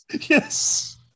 Yes